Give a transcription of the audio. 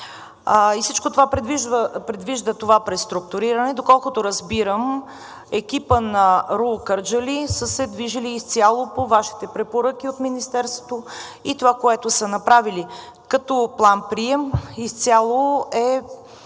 и всичко това предвижда това преструктуриране. Доколкото разбирам, екипът на РУО – Кърджали, са се движили изцяло по Вашите препоръки от Министерството и това, което са направили като план-прием, изцяло